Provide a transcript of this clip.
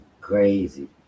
crazy